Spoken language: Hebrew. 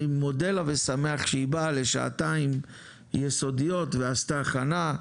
מודה לה ושמח שהיא באה לשעתיים יסודיות ועשתה הכנה,